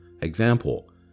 example